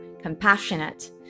compassionate